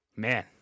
Man